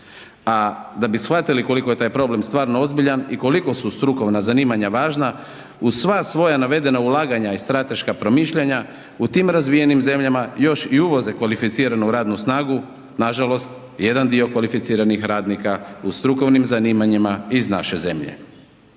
A da bi shvatili koliko je taj problem stvarno ozbiljan i koliko su strukovna obrazovanja važna uz sva svoja navedena ulaganja i strateška promišljanja u tim razvijenim zemljama još i uvoze kvalificiranu radnu snagu, nažalost jedan dio kvalificiranih radnika u strukovnim zanimanjima iz naše zemlje.